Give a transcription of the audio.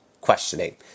questioning